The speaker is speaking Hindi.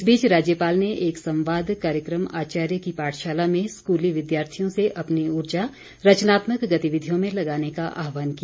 इस बीच राज्यपाल ने एक संवाद कार्यक्रम आचार्य की पाठशाला में स्कूली विद्यार्थियों से अपनी उर्जा रचनात्मक गतिविधियों मे लगाने का आहवान किया